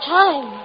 time